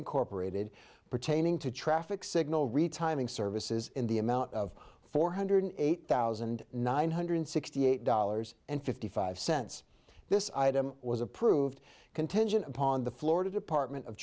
incorporated pertaining to traffic signal retiming services in the amount of four hundred eight thousand nine hundred sixty eight dollars and fifty five cents this item was approved contingent upon the florida department of